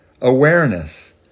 awareness